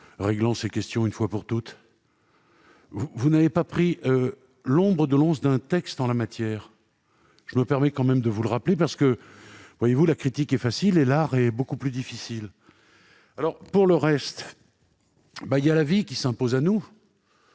réglant ces questions une fois pour toutes ? Vous n'avez pas pris l'ombre de l'once d'un texte en la matière ! Je me permets de vous le rappeler, parce que la critique est facile, mais l'art est beaucoup plus difficile ... Pour le reste, la vie s'impose à nous.